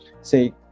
say